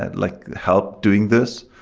and like help doing this.